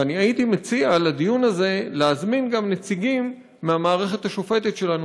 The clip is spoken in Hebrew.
והייתי מציע לדיון הזה להזמין גם נציגים מהמערכת השופטת שלנו,